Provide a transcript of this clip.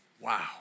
wow